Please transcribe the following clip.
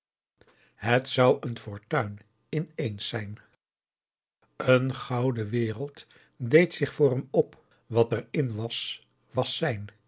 het zou een fortuin in éens zijn een gouden wereld deed zich voor hem op wat er in was